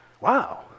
Wow